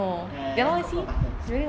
ya that one called butter